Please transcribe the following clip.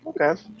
Okay